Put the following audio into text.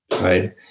right